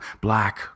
black